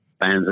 fans